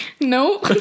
No